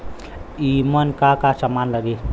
ईमन का का समान लगी?